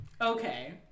Okay